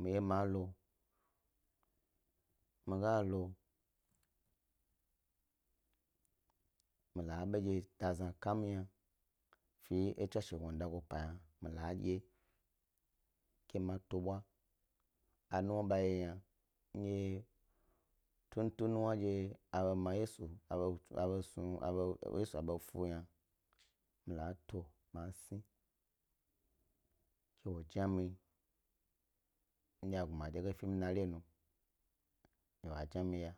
mi ye malo mi ga lo a beo ndye ba dazna kam yna fi tswashe gondayo pa yna mi la dye ke ma tubwa, a nuwna ndye ba yi wo yna tutu nuwna ndye a ba fu yesy yna, nitu mi sni, ke wo jni mi, a gnama de ge abo mi nayi lo nu.